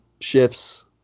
shifts